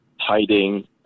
hiding